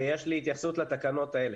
ויש לי התייחסות לתקנות האלה.